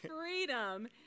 freedom